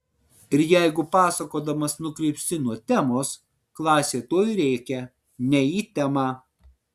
ir jeigu pasakodamas nukrypsti nuo temos klasė tuoj rėkia ne į temą